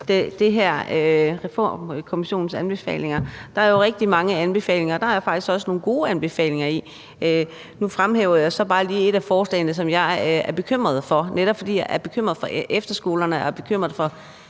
til Reformkommissionens anbefalinger. Der er jo rigtig mange anbefalinger, og der er faktisk også nogle gode anbefalinger. Nu fremhæver jeg så bare lige et af forslagene, som jeg er bekymret for, netop fordi jeg er bekymret for efterskolerne, og fordi jeg